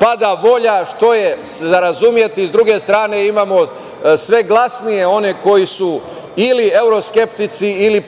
pada volja, što je za razumeti. Sa druge strane imamo sve glasnije one koji su ili evro skeptici ili